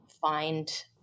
find